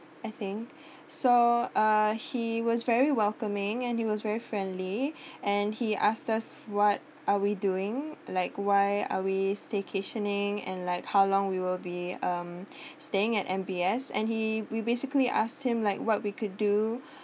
I think so uh he was very welcoming and he was very friendly and he asked us what are we doing like why are we staycationing and like how long we will be um staying at M_B_S and he we basically asked him like what we could do